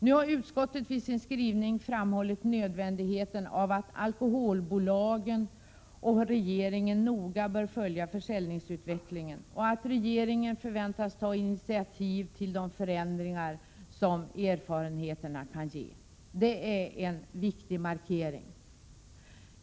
Nu har utskottet vid sin skrivning framhållit nödvändigheten av att alkoholbolagen och regeringen noga följer försäljningsutvecklingen och att regeringen förväntas ta initiativ till de ändringar som erfarenheterna kan ge. Detta är en viktig markering.